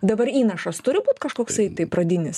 dabar įnašas turi būt kažkoksai tai pradinis